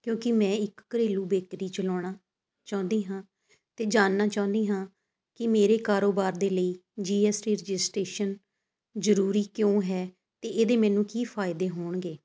ਕਿਉਂਕਿ ਮੈਂ ਇੱਕ ਘਰੇਲੂ ਬੇਕਰੀ ਚਲਾਉਣਾ ਚਾਹੁੰਦੀ ਹਾਂ ਅਤੇ ਜਾਣਨਾ ਚਾਹੁੰਦੀ ਹਾਂ ਕਿ ਮੇਰੇ ਕਾਰੋਬਾਰ ਦੇ ਲਈ ਜੀਐਸਟੀ ਰਜਿਸਟਰੇਸ਼ਨ ਜ਼ਰੂਰੀ ਕਿਉਂ ਹੈ ਅਤੇ ਇਹਦੇ ਮੈਨੂੰ ਕੀ ਫਾਇਦੇ ਹੋਣਗੇ